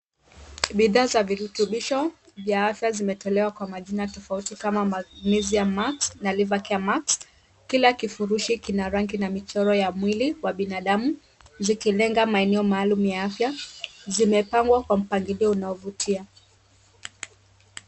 Bidhaa za virutubisho za afya vimetolewa kwa majina tofauti kwa magnesium max na liver care max, kila kifurushi kina rangi na michoro ya miwili wa binadamu zikilenga maeneo maalum ya afya zimepangwa kwa mpangilio unaozutia.